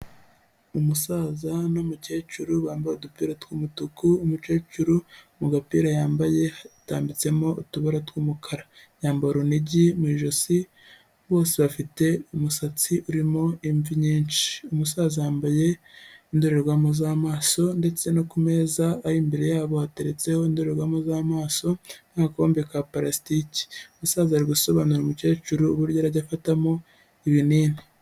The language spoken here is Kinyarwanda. Umusaza n'umukecuru bambaye udupira tw'umutuku, umukecuru mu gapira yambaye hatambitsemo utubara tw'umukara yamba urunigi mu ijosi, bose bafite umusatsi urimo imvi nyinshi, umusaza yambaye indorerwamo z'amaso ndetse no ku meza ari imbere yabo hateretse indorerwamo z'amaso n'agakombe kaparastiki, umusaza ari gusobanurira umukecuru uburyo araya afatamo ibinini.